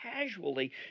casually